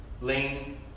lean